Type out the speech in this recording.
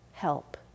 Help